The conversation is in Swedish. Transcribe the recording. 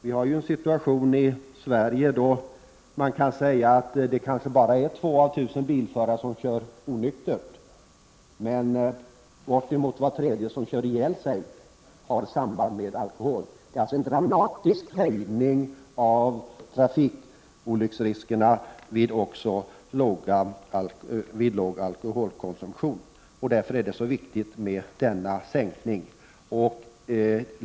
Vi har ju en situation i Sverige där kanske bara två av 1000 bilförare kör onyktert men där var tredje trafikolycka där föraren kör ihjäl sig har samband med alkohol. Trafikolycksriskerna ökar alltså dramatiskt redan vid låg alkoholkonsumtion. Därför vore det viktigt med en säkning.